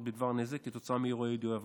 בדבר נזק כתוצאה מאירועי יידוי אבנים.